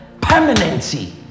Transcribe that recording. permanency